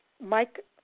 Mike